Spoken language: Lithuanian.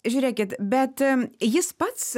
žiūrėkit bet jis pats